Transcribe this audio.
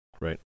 Right